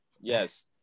yes